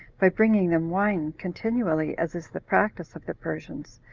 by bringing them wine continually, as is the practice of the persians,